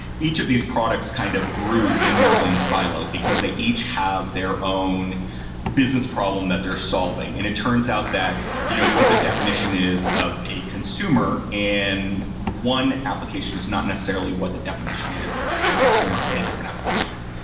each of these products kind of grew in their own silo, because they each have their own business problem that they're solving, and it turns out that you know what the definition is of a consumer and one application is not necessarily what the definition is of a consumer in a different application.